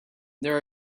there